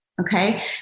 okay